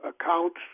accounts